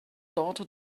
daughter